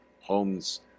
homes